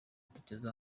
tugeze